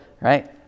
right